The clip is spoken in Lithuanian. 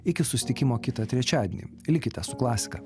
iki susitikimo kitą trečiadienį likite su klasika